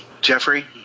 Jeffrey